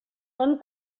són